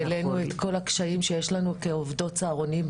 והעלינו את כל הקשיים שיש לנו כעובדות צהרונים,